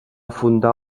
fundar